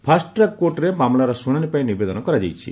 first track କୋର୍ଟରେ ମାମଲାର ଶୁଣାଣି ପାଇଁ ନିବେଦନ କରାଯାଇଛି